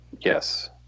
Yes